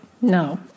No